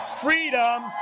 Freedom